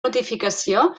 notificació